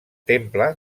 temple